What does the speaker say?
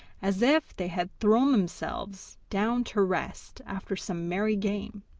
as if they had thrown themselves down to rest after some merry game.